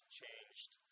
changed